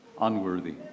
unworthy